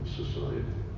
society